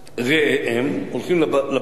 הולכים לבית של החברים שלהם,